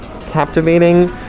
captivating